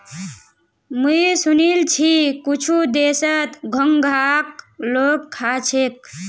मुई सुनील छि कुछु देशत घोंघाक लोग खा छेक